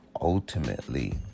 ultimately